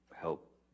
help